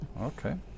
okay